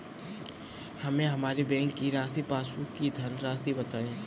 हमें हमारे बैंक की पासबुक की धन राशि बताइए